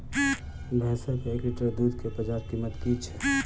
भैंसक एक लीटर दुध केँ बजार कीमत की छै?